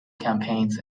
campaigns